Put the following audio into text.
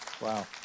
Wow